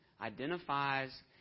identifies